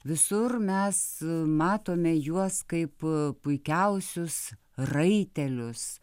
visur mes matome juos kaip puikiausius raitelius